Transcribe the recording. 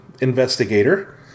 investigator